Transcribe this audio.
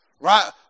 right